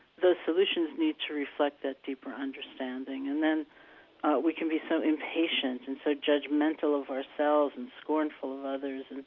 the solutions need to reflect that deeper understanding. and then we can be so impatient and so judgmental of ourselves and scornful of others, and